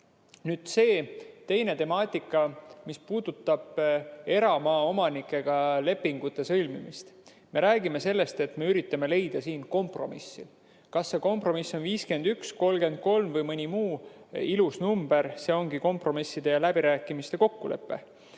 teine temaatika, mis puudutab eramaa omanikega lepingute sõlmimist. Me räägime sellest, et me üritame leida siin kompromissi. Kas see kompromiss on 51, 33 või mõni muu ilus number, see ongi läbirääkimiste kokkulepe.